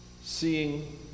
seeing